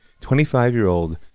25-year-old